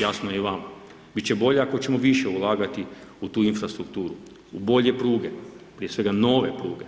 Jasno je i vama, biti će bolja ako ćemo više ulagati u tu infrastrukturu, u bolje pruge, prije svega nove pruge,